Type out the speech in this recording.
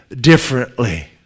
differently